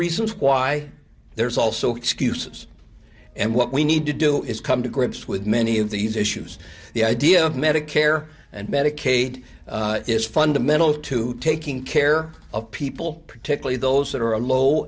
reasons why there's also excuses and what we need to do is come to grips with many of these issues the idea of medicare and medicaid is fundamental to taking care of people particularly those that are a low